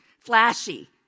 flashy